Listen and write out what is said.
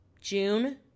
June